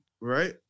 right